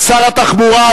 שר התחבורה,